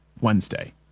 Wednesday